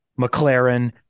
McLaren